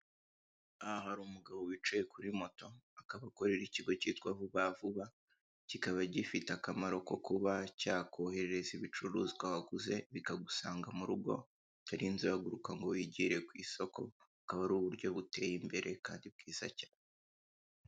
Aha hari umugabo wicaye kuri moto, akaba akorera ikigo cyitwa vubavuba, kikaba gifite akamaro ko kuba cyakohetereza ibicuruzwa waguze bikagusanga mu rugo utarinze uhaguruka ngo wigireyo ku isoko, akaba ari uburyo buteye imbere kandi bwiza cyane.